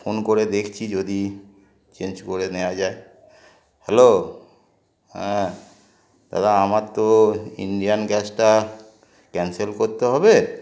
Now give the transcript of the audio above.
phone করে দেখছি যদি চেঞ্জ করে নেওয়া যায় হ্যালো হ্যাঁ দাদা আমার তো ইন্ডিয়ান গ্যাসটা ক্যান্সেল করতে হবে